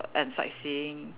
err and sightseeing